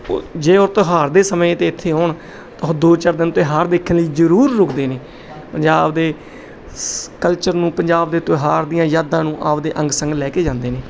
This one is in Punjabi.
ਉਹ ਜੇ ਉਹ ਤਿਉਹਾਰ ਦੇ ਸਮੇਂ 'ਤੇ ਇੱਥੇ ਹੋਣ ਤਾਂ ਦੋ ਚਾਰ ਦਿਨ ਤਿਉਹਾਰ ਦੇਖਣ ਲਈ ਜ਼ਰੂਰ ਰੁਕਦੇ ਨੇ ਪੰਜਾਬ ਦੇ ਸ ਕਲਚਰ ਨੂੰ ਪੰਜਾਬ ਦੇ ਤਿਉਹਾਰ ਦੀਆਂ ਯਾਦਾਂ ਨੂੰ ਆਪਣੇ ਅੰਗ ਸੰਗ ਲੈ ਕੇ ਜਾਂਦੇ ਨੇ